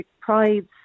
prides